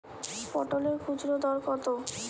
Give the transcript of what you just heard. পটলের খুচরা দর কত?